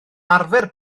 arfer